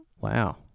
Wow